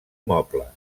moble